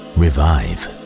revive